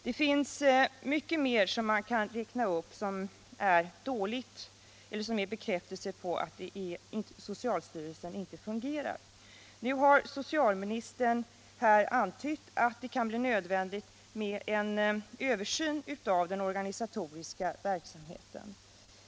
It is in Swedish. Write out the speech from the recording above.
Man kan räkna upp mycket mer som är dåligt eller som är en bekräftelse på att socialstyrelsen inte fungerar. Socialministern har nu antytt att det kan bli nödvändigt med en översyn av den organisatoriska verksamheten.